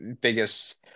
biggest